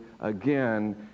again